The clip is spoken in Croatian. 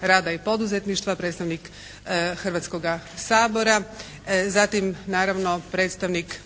rada i poduzetništva, predstavnik Hrvatskoga sabora. Zatim naravno predstavnik